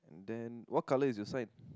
then what color is your side